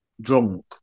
drunk